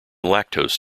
lactose